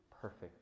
perfect